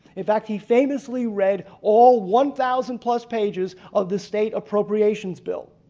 in fact he famously read all one thousand plus pages of the state appropriations bill.